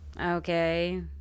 okay